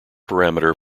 parameter